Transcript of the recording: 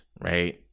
right